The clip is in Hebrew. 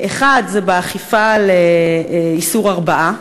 1. באכיפת איסור ההרבעה,